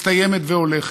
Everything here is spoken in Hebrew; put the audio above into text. מסתיימת והולכת.